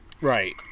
Right